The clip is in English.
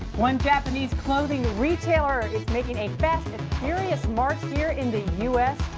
one japanese clothing retailer is making a fast and furious mark here in the u s.